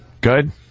Good